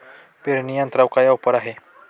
पेरणी यंत्रावर काय ऑफर आहे?